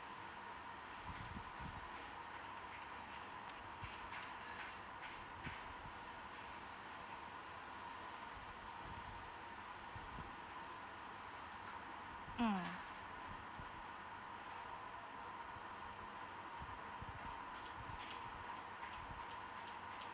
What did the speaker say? mm